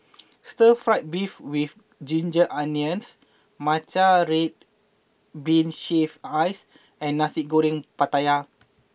Stir Fried Beef with Ginger Onions Matcha Red Bean Shaved Ice and Nasi Goreng Pattaya